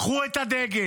קחו את הדגל,